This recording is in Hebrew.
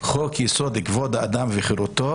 שחוק יסוד: כבוד האדם וחירותו,